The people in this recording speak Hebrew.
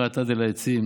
ויאמר האטד אל העצים